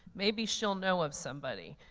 maybe she'll know of somebody.